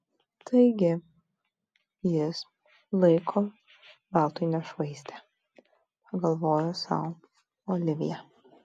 taigi jis laiko veltui nešvaistė pagalvojo sau olivija